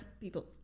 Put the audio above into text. people